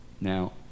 Now